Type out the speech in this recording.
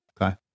Okay